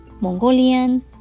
Mongolian